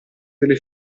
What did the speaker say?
delle